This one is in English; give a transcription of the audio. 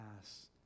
pass